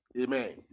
Amen